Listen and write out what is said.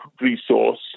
resource